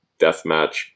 deathmatch